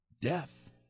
death